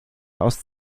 aus